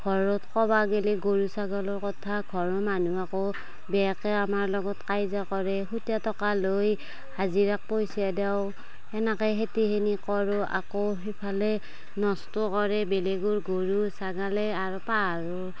ঘৰত ক'ব গেলি গৰু ছাগালৰ কথা ঘৰৰ মানুহে আকৌ বেয়াকে আমাৰ লগত কাইজা কৰে সূতে টকা লৈ হাজিৰাক পইচা দিওঁ তেনেকে খেতিখিনি কৰোঁ আকৌ সিফালে নষ্ট কৰে বেলেগৰ গৰুই ছাগালে আৰু পাহাৰৰ